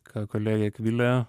ką kolegė akvilė